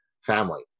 family